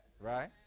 Right